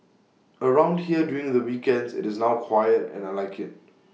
around here during the weekends IT is now quiet and I Like IT